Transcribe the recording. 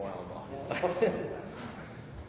jeg